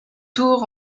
tour